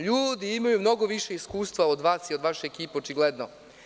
Ljudi imaju mnogo više iskustva od vas i vaše ekipe, očigledno.